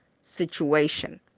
situation